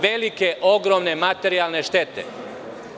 Velike, ogromene su materijalne štete.